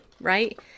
right